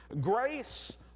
Grace